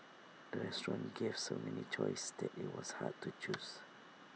the restaurant gave so many choices that IT was hard to choose